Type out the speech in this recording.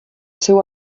seu